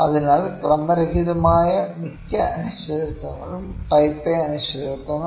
അതിനാൽ ക്രമരഹിതമായ മിക്ക അനിശ്ചിതത്വങ്ങളും ടൈപ്പ് എ അനിശ്ചിതത്വങ്ങളാണ്